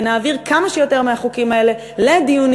ונעביר כמה שיותר מהחוקים האלה לדיונים